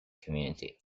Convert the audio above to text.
community